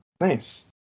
nice